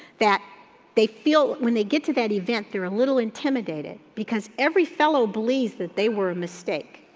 that they feel when they get to that event, they're a little intimidated because every fellow believes that they were a mistake.